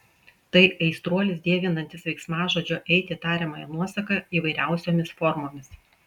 tai aistruolis dievinantis veiksmažodžio eiti tariamąją nuosaką įvairiausiomis formomis